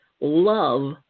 love